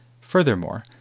Furthermore